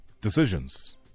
decisions